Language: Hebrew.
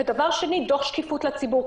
דבר שני דו"ח שקיפות לציבור.